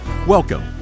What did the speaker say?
Welcome